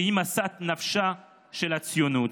שהיא משאת נפשה של הציונות,